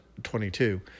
22